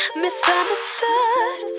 misunderstood